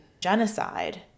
genocide